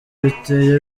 biteye